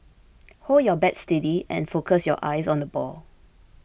hold your bat steady and focus your eyes on the ball